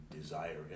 desire